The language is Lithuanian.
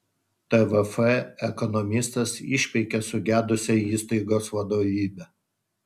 tvf ekonomistas išpeikė sugedusią įstaigos vadovybę